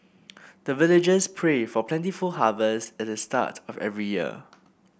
the villagers pray for plentiful harvest at the start of every year